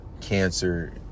Cancer